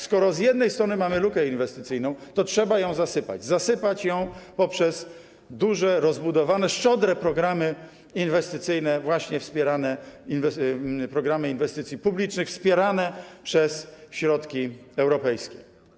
Skoro z jednej strony mamy lukę inwestycyjną, to trzeba ją zasypać, zasypać ją poprzez duże, rozbudowane, szczodre programy inwestycyjne, programy inwestycji publicznych wspierane przez środki europejskie.